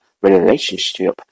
relationship